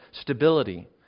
stability